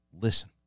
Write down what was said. Listen